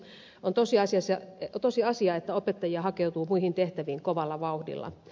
on tosiasia että opettajia hakeutuu muihin tehtäviin kovalla vauhdilla